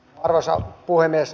arvoisa puhemies